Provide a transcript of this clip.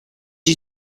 you